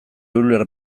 euler